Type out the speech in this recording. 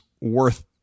worth